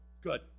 good